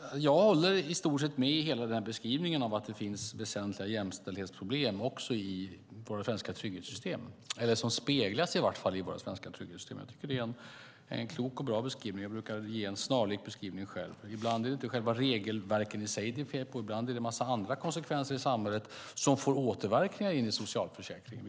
Herr talman! Jag håller i stort sett med beskrivningen av att det finns väsentliga jämställdhetsproblem i våra trygghetssystem, eller som i varje fall speglar sig i våra trygghetssystem. Jag tycker att det är en klok och bra beskrivning; jag brukar ge en snarlik beskrivning själv. Ibland är det inte själva regelverken i sig det är fel på. Ibland är det andra saker som får återverkningar i socialförsäkringen.